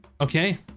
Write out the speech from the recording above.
Okay